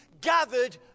gathered